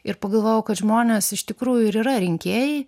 ir pagalvojau kad žmonės iš tikrųjų ir yra rinkėjai